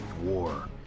war